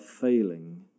failing